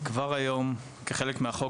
כבר היום כחלק מהחוק,